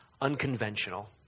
unconventional